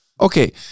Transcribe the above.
Okay